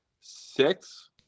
six